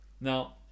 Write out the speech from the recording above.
now